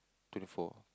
twenty four